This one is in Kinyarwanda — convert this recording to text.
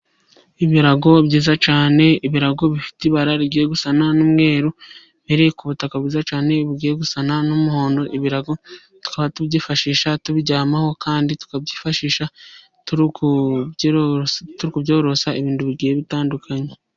Ibirago byiza cyane, ibirago bifite ibara rigiye gusa n'umweru, biri ku butaka bwiza cyane bugiye gusa n'umuhondo, ibirago tubyifashisha tubiryamaho, kandi tukabyifashisha tubyorosa ibintu bigiye bitandukanye.